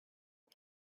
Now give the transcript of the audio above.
the